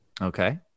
Okay